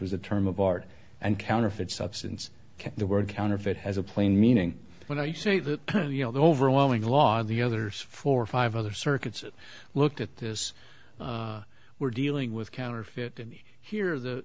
was a term of art and counterfeit substance the word counterfeit has a plain meaning when i say that you know the overwhelming law of the others for five other circuits looked at this we're dealing with counterfeit and here